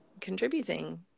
contributing